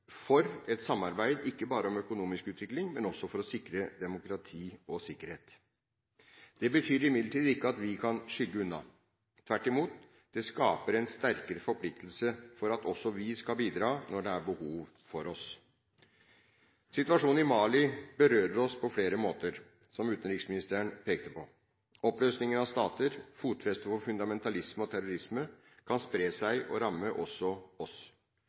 for et samarbeid, ikke bare om økonomisk utvikling, men også for å sikre demokrati og sikkerhet. Det betyr imidlertid ikke at vi kan skygge unna. Tvert imot, det skaper en sterkere forpliktelse til at også vi skal bidra når det er behov for oss. Situasjonen i Mali berører oss på flere måter, som utenriksministeren pekte på. Oppløsning av stater og fotfeste for fundamentalisme og terrorisme kan spre seg og ramme også oss.